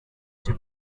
cyo